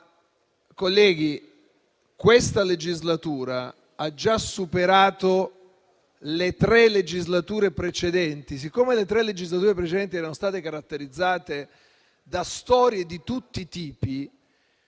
-, ma questa legislatura ha già superato le tre legislature precedenti. Siccome le tre legislature precedenti erano state caratterizzate da storie di tutti i tipi,